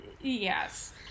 Yes